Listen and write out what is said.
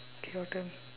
okay your turn